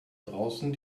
draußen